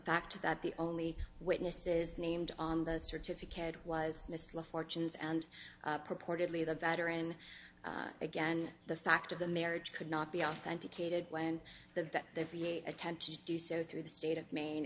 fact that the only witnesses named on the certificate was misled fortunes and purportedly the better and again the fact of the marriage could not be authenticated when the v a attempt to do so through the state of maine